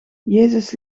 jezus